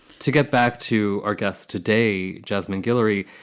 to get back to our guests today, jasmine guillory,